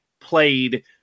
played